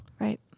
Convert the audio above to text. Right